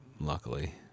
Luckily